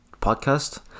podcast